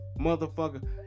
motherfucker